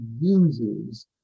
uses